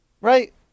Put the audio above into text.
right